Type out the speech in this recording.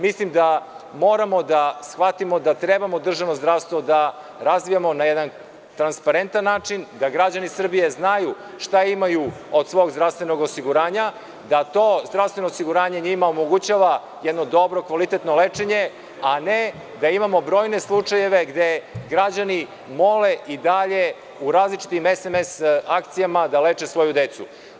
Mislim da moramo da shvatimo da trebamo državno zdravstvo da razvijamo na jedan transparentan način, da građani Srbije znaju šta imaju od svog zdravstvenog osiguranja, da to zdravstveno osiguranje njima omogućava jedno dobro, kvalitetno lečenje,a ne da imamo brojne slučajeve gde građani mole i dalje u različitim SMS akcijama da leče svoju decu.